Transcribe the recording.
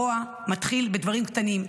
הרוע מתחיל בדברים קטנים,